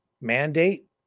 mandate